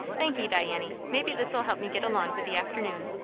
thank'e, diany maybe this'll help me get along with the afternoon.